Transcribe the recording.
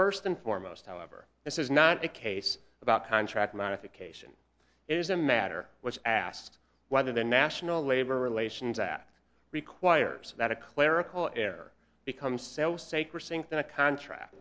first and foremost however this is not a case about contract modification is a matter which asks whether the national labor relations act requires that a clerical error become sales sacred think that a contract